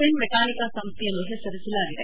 Finmeccanica ಸಂಸ್ವೆಯನ್ನು ಹೆಸರಿಸಲಾಗಿದೆ